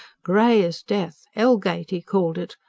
grey as death. hell-gate, he called it,